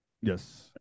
Yes